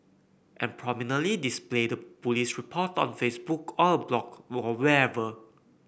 and prominently display the police report on Facebook or a blog or wherever